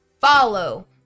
follow